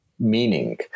meaning